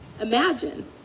imagine